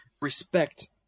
respect